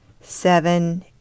seven